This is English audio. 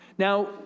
Now